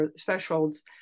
thresholds